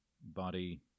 body